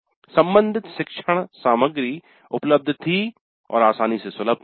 क्या सम्बंधित शिक्षण सामग्री उपलब्ध थी और आसानी से सुलभ थी